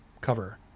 cover